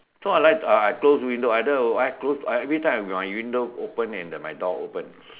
so I like I close window I don't have I close every time my window and my door open